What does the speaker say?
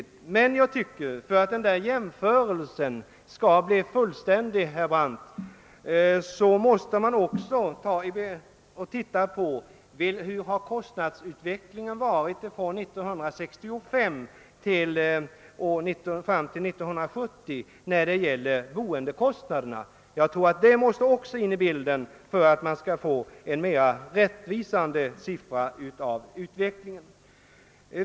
Vad herr Brandt sade var riktigt, men för att jämförelsen skall bli fullständig måste man också undersöka vilken utveckling som ägt rum under perioden 1965—1970 beträffande boendekostnaderna. Detta är nödvändigt för att man skall få en mera rättvisande bild av utvecklingen.